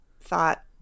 thought